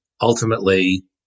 Ultimately